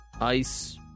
ice